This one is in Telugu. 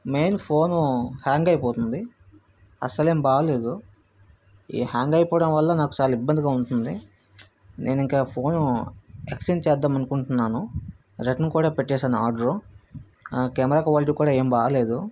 మెయిన్ ఫోన్ హ్యాంగ్ అయిపోతుంది అసలు ఏమి బాలేదు ఈ హ్యాంగ్ అయిపోవడం వల్ల నాకు చాలా ఇబ్బందిగా ఉంటుంది నేను ఇంకా ఫోన్ ఎక్స్చేంజ్ చేద్దాం అనుకుంటున్నాను రిటర్న్ కూడా పెట్టాను ఆర్డరు కెమెరా క్వాలిటీ కూడా ఏమి బాలేదు